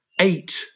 eight